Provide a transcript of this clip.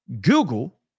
Google